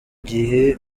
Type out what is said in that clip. gihe